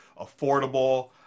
affordable